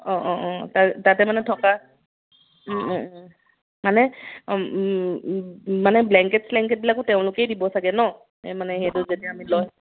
অঁ অঁ অঁ তা তাতে মানে থকা মানে মানে ব্লেংকেট চ্লেংকেটবিলাকো তেওঁলোকেই দিব চাগে ন এই মানে সেইটো যদি আমি লয়